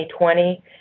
2020